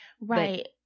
Right